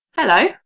Hello